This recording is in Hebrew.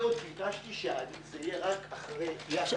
לגבי מיזם משותף ליצירת קהילת חדשנות בטכנולוגיית בנייה.